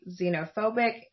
xenophobic